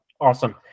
awesome